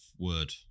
word